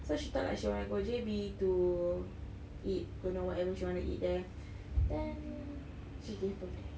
so she thought like she want to J_B to eat don't know whatever she want to eat there then she gave birth there